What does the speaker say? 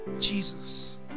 Jesus